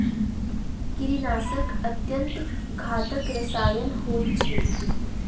कीड़ीनाशक अत्यन्त घातक रसायन होइत अछि